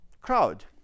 crowd